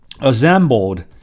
assembled